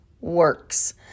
works